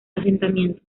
asentamientos